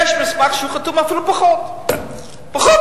יש מסמך חתום, אפילו פחות מ-300.